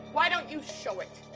why don't you show it?